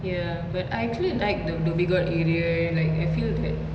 ya but I actually like the dhoby ghaut area eh like I feel that